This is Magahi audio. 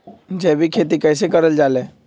जैविक खेती कई से करल जाले?